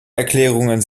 erklärungen